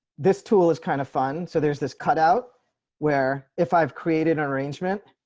this tool is kind of fun. so there's this cut out where if i've created an arrangement,